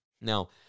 Now